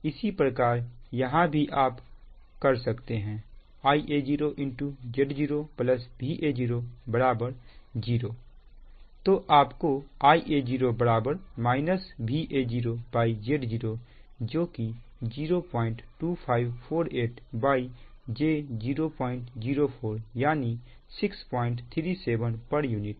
इसी प्रकार यहां भी आप कर सकते हैं Ia0 Z0 Va0 0 तो आप को Ia0 Va0Z0 जो कि 02548j004 यानी 637 pu है